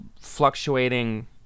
fluctuating